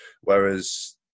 Whereas